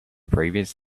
previous